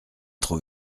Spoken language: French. trop